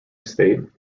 estate